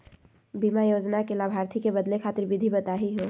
बीमा योजना के लाभार्थी क बदले खातिर विधि बताही हो?